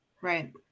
Right